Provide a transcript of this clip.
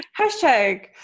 Hashtag